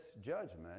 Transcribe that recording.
judgment